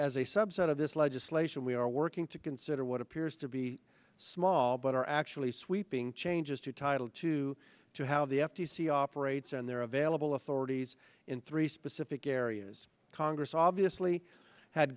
as a subset of this legislation we are working to consider what appears to be small but are actually sweeping changes to title two to how the f t c operates and there are available authorities in three specific areas congress obviously had